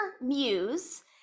Muse